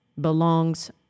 belongs